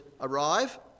arrive